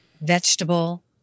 vegetable